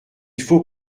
faut